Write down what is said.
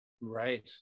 right